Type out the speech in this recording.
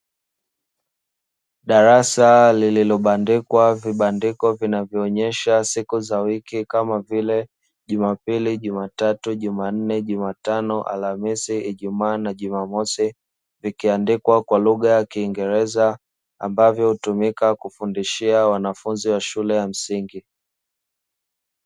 Darasa lililobandikwa vibandiko vinavyoonyesha siku za week kama vile jumapili, jumatatu, jumanne, jumatano, alhamisi, ijumaa, na jumamosi, vikiandikwa kwa lugha ya kiingereza ambavyo hutumika kufundishia, wanafunzi wa shule ya msingi.